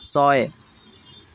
ছয়